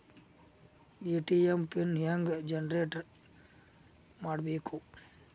ATM PIN ಹೆಂಗ್ generate ಮಾಡಬೇಕು?